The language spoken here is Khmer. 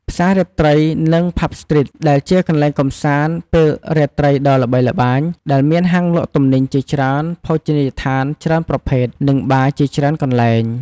ផ្សាររាត្រីនិងផាប់ស្ទ្រីត ដែលជាកន្លែងកម្សាន្តពេលរាត្រីដ៏ល្បីល្បាញ ដែលមានហាងលក់ទំនិញជាច្រើន ភោជនីយដ្ឋានច្រើនប្រភេទ និងបារ ជាច្រើនកន្លែង។